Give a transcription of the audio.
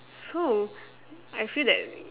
so I feel that